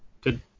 Good